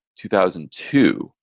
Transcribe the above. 2002